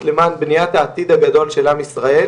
למען בניית העתיד הגדול של עם ישראל,